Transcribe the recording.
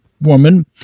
woman